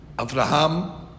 Abraham